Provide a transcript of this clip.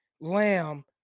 Lamb